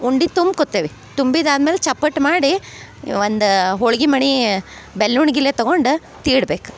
ಉಂಡೆ ತುಂಬ್ಕೊಳ್ತೇವೆ ತುಂಬಿದ ಆದ್ಮೇಲೆ ಚಪ್ಪಟ್ಟು ಮಾಡಿ ಒಂದ ಹೋಳಿಗಿ ಮಣಿ ಬೆಲ್ಲ ಉಣ್ಗಿಲೆ ತಗೊಂಡು ತೀಡ್ಬೇಕು